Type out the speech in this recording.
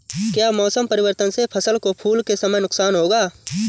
क्या मौसम परिवर्तन से फसल को फूल के समय नुकसान होगा?